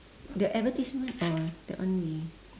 the advertisement oh that one we